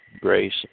grace